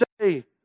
say